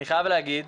אני חייב להגיד,